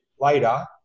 later